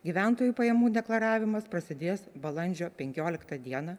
gyventojų pajamų deklaravimas prasidės balandžio penkioliktą dieną